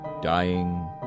dying